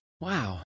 wow